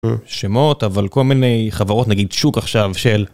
שמות אבל כל מיני חברות נגיד שוק עכשיו של